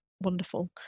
wonderful